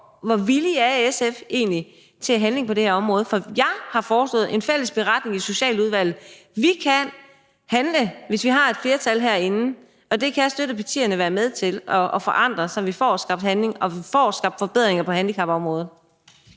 hvor villig er SF egentlig til at handle på det her område? Jeg har foreslået en fælles beretning i Socialudvalget, og vi kan, hvis vi har et flertal herinde, handle, og det kan støttepartierne være med til, så vi får skabt handling, og så vi får skabt forbedringer på handicapområdet.